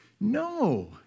No